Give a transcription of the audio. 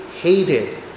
hated